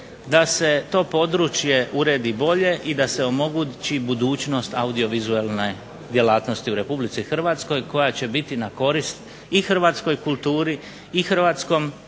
da se to područje uredi bolje i da se omogući budućnost audiovizualne djelatnosti u Republici Hrvatskoj koja će biti na korist i Hrvatskoj kulturi i medijskom